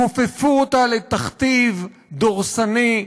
כופפו אותה לתכתיב דורסני,